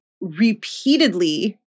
repeatedly